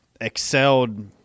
excelled